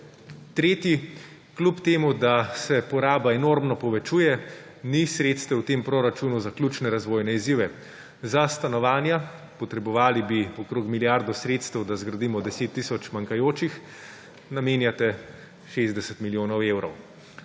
Tretji, kljub temu da se poraba enormno povečuje, v tem proračunu ni sredstev za ključne razvojne izzive. Za stanovanja − potrebovali bi okrog milijardo sredstev, da zgradimo 10 tisoč manjkajočih, namenjate 60 milijonov evrov.